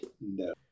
No